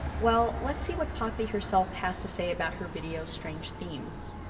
well let's see what poppy herself has to say about her video strange themes.